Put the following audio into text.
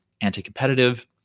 anti-competitive